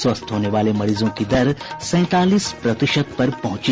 स्वस्थ होने वाले मरीजों की दर सैंतालीस प्रतिशत पर पहुंची